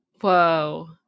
Whoa